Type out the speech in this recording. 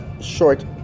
short